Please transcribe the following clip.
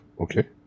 Okay